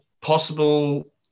possible